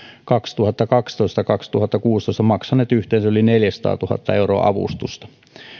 kaksituhattakaksitoista viiva kaksituhattakuusitoista maksaneet yhteensä yli neljäsataatuhatta euroa avustusta